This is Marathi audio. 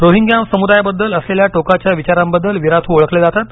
रोहिंग्या समुदायाबद्दल असलेल्या टोकाच्या विचारांबद्दल विराथू ओळखले जातात